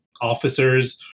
officers